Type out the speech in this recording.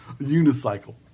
unicycle